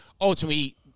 Ultimately